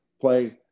play